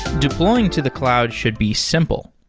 deploying to the cloud should be simple.